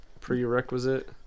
prerequisite